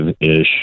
ish